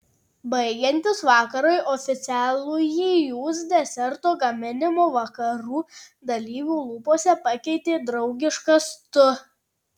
baigiantis vakarui oficialųjį jūs deserto gaminimo vakarų dalyvių lūpose pakeitė draugiškas tu